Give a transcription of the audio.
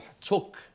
took